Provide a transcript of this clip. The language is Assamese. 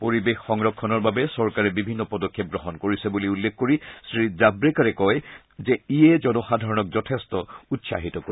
পৰিৱেশ সংৰক্ষণৰ বাবে চৰকাৰে বিভিন্ন পদক্ষেপ গ্ৰহণ কৰিছে বুলি উল্লেখ কৰি শ্ৰীজাভৰেকাৰে কয় যে ইয়ে জনসাধাৰণক যথেষ্ট উৎসাহিত কৰিব